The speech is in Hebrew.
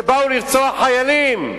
שבאו לרצוח חיילים.